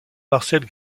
marcel